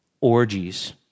orgies